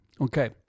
Okay